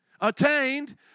attained